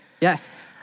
Yes